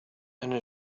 أنا